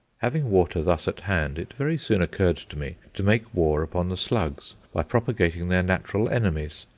having water thus at hand, it very soon occurred to me to make war upon the slugs by propagating their natural enemies.